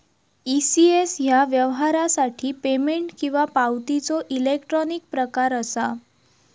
ECS ह्या व्यवहारासाठी payment किंवा पावतीचो इलेक्ट्रॉनिक प्रकार असा